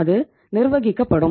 அது நிர்வகிக்கப்படும்